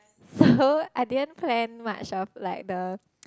so I didn't plan much of like the